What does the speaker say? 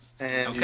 Okay